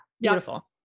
Beautiful